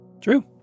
True